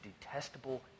detestable